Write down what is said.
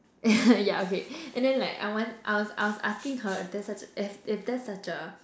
yeah okay and then like I want I I was asking her if there such if there such a